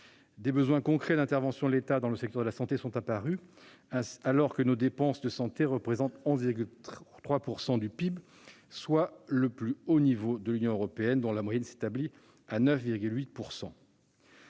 Des besoins concrets d'intervention de l'État dans le secteur de la santé sont apparus, alors que nos dépenses de santé représentent 11,3 % du PIB, soit le plus haut niveau de l'Union européenne, dont la moyenne s'établit à 9,8 %.